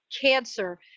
cancer